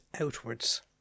outwards